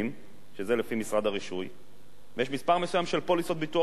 וזה לפי משרד הרישוי ויש מספר מסוים של פוליסות ביטוח חובה,